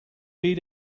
meet